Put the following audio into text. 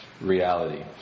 reality